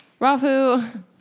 Rafu